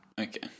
Okay